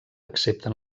excepte